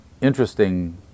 interesting